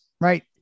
Right